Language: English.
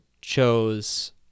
chose